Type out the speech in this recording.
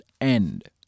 end